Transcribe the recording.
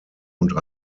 und